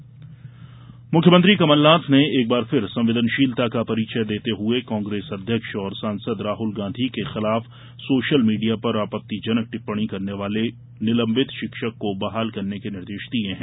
कमलनाथ मुख्यमंत्री कमल नाथ ने एक बार फिर संवेदनशीलता का परिचय देते हुए कांग्रेस अध्यक्ष और सांसद राहुल गांधी के खिलाफ सोशल मीडिया पर आपत्तिजनक टिप्पणी करने वाले निलंबित शिक्षक को बहाल करने के निर्देश दिये हैं